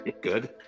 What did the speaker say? Good